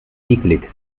eklig